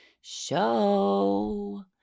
Show